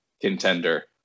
contender